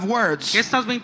words